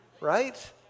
Right